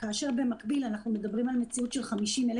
כאשר במקביל אנחנו מדברים על מציאות של 50,000